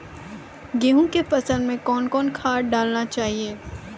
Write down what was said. गेहूँ के फसल मे कौन कौन खाद डालने चाहिए?